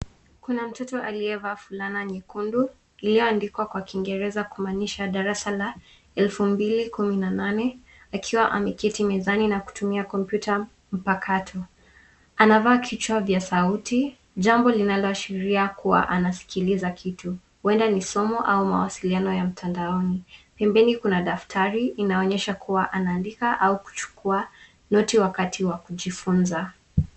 Kuna mtoto aliyevaa fulana nyekundu, iliyoandikwa kwa kiingereza kumaanisha darasa la elfu mbili kumi na nane, akiwa ameketi mezani na kutumia kompyuta mpakato. Anavaa kichwa vya sauti, jambo linaloashiria kuwa anasikiliza kitu. Huenda ni somo au mawasiliano ya mtandaoni. Pembeni kuna daftari, inaonyesha kuwa anaandika au kuchukua noti wakati wa kujifunza.